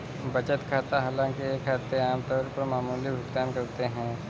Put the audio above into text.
बचत खाता हालांकि ये खाते आम तौर पर मामूली भुगतान करते है